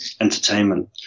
Entertainment